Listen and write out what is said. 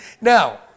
Now